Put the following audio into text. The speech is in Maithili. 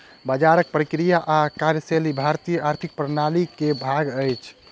बजारक प्रक्रिया आ कार्यशैली भारतीय आर्थिक प्रणाली के भाग अछि